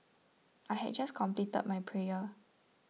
I had just completed my prayer